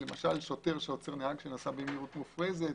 למשל שוטר שעוצר נהג שנסע במהירות מופרזת,